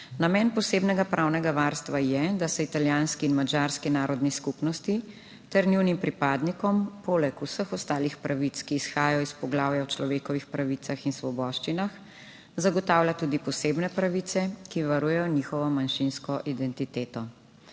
Namen posebnega pravnega varstva je, da se italijanski in madžarski narodni skupnosti ter njunim pripadnikom poleg vseh ostalih pravic, ki izhajajo iz poglavja o človekovih pravicah in svoboščinah, zagotavlja tudi posebne pravice, ki varujejo njihovo manjšinsko identiteto.